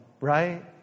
right